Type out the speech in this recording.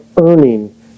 earning